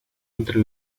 entre